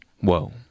Whoa